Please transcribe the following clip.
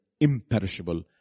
imperishable